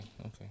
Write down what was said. okay